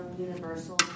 universal